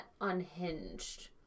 unhinged